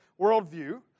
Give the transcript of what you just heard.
worldview